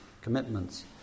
commitments